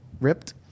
ripped